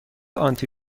آنتی